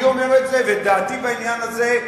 ודעתי בעניין הזה,